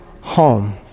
home